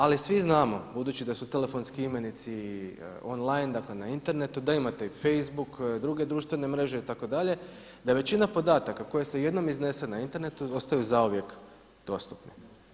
Ali svi znamo budući da su telefonski imenici on-line, dakle na internetu, da imate i facebook i druge društvene mreže itd., da je većina podataka koje se jednom iznesu na internetu ostaju zauvijek dostupni.